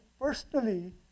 personally